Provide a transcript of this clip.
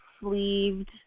sleeved